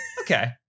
Okay